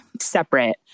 separate